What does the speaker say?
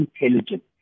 intelligent